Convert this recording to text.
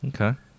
Okay